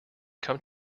come